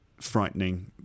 frightening